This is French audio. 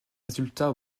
résultats